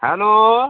hello